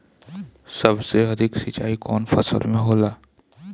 सबसे अधिक सिंचाई कवन फसल में होला?